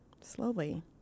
slowly